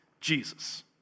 Jesus